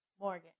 Morgan